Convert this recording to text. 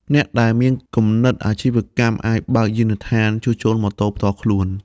អ្នកដែលមានគំនិតអាជីវកម្មអាចបើកយានដ្ឋានជួសជុលម៉ូតូផ្ទាល់ខ្លួន។